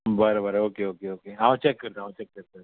बरें बरें okay okay okay हांव चॅक करतां हांव चॅक करतां